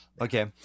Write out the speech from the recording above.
Okay